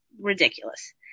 ridiculous